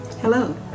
Hello